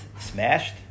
smashed